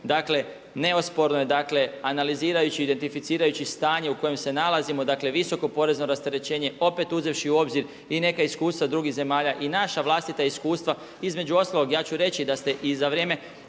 dakle neosporno je analiziraju i identificirajući stanje u kojem se nalazimo dakle visoko porezno rasterećenje opet uzevši u obzir i neka iskustva drugih zemalja i naša vlastita iskustva. Između ostalog ja ću reći da ste i za vrijeme